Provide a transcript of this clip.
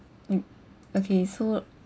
o~ okay so